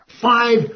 five